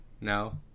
No